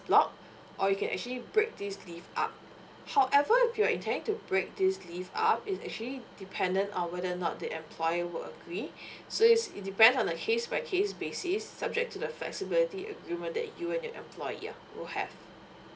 block or you can actually break this leave up however if you're intending to break this leave up it's actually dependant on whether or not the employer would agree so is it depends on the case by case basis subject to the flexibility agreement that you and your employer will have